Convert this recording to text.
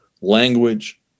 Language